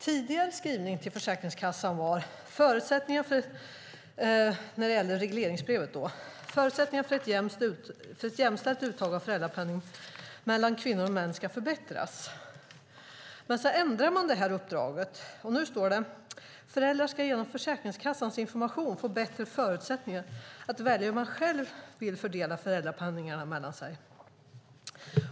Tidigare skrivning i regleringsbrevet till Försäkringskassan var: "Förutsättningarna för ett jämställt uttag av föräldrapenning mellan kvinnor och män ska förbättras." Nu har uppdraget ändrats. Det står: "Föräldrar ska genom Försäkringskassans information få bättre förutsättningar att välja hur man själv vill fördela föräldrapenningdagarna mellan sig."